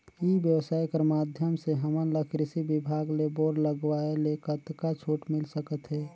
ई व्यवसाय कर माध्यम से हमन ला कृषि विभाग ले बोर लगवाए ले कतका छूट मिल सकत हे?